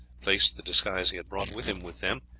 placed the disguise he had brought with him with them,